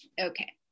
Okay